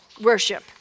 worship